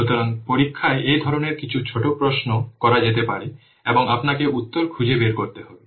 সুতরাং পরীক্ষায় এই ধরনের কিছু ছোট প্রশ্ন করা যেতে পারে এবং আপনাকে উত্তর খুঁজে বের করতে হবে